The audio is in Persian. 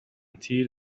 تیر